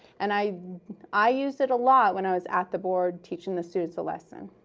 and i i used it a lot when i was at the board teaching the students a lesson.